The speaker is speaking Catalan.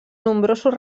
nombrosos